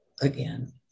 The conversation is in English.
again